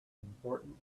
important